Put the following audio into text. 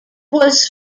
was